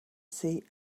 see